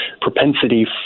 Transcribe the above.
propensity